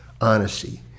honesty